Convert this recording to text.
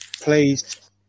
Please